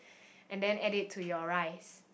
and then add it to your rice